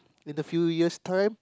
in the few years time